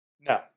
No